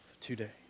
today